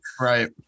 right